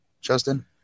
Justin